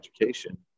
education